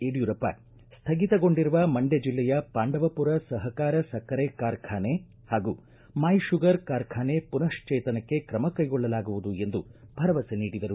ಯಡಿಯೂರಪ್ಪ ಸ್ಟಗಿತಗೊಂಡಿರುವ ಮಂಡ್ಯ ಜಿಲ್ಲೆಯ ಪಾಂಡವಪುರ ಸಹಕಾರ ಸಕ್ಕರೆ ಕಾರ್ಖಾನೆ ಹಾಗೂ ಮೈ ಋಗರ್ ಕಾರ್ಖಾನೆ ಪುನಃಶ್ವೇತನಕ್ಕೆ ಕ್ರಮಕೈಗೊಳ್ಳಲಾಗುವುದು ಎಂದು ಭರವಸೆ ನೀಡಿದರು